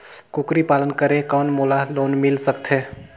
कूकरी पालन करे कौन मोला लोन मिल सकथे?